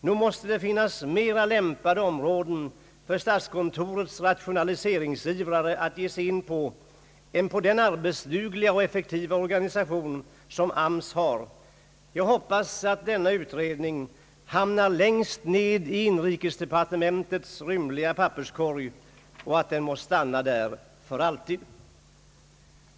Nog måste det finnas mera lämpade områden för statskontorets ratio Statsverkspropositionen m.m. naliseringsivrare att ge sig in på än på den arbetsdugliga och effektiva organisation som AMS har. Jag hoppas att denna utredning hamnar längst ned i inrikesdepartementets rymliga papperskorg och att den måtte stanna där för alltid.